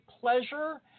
pleasure